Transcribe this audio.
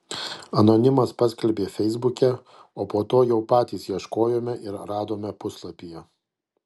anonimas paskelbė feisbuke o po to jau patys ieškojome ir radome puslapyje